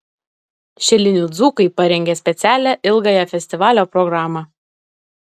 šilinių dzūkai parengė specialią ilgąją festivalio programą